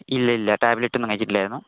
ഇല്ല ഇല്ല ടാബ്ലെറ്റൊന്നും കഴിച്ചിട്ടില്ലായിരുന്നു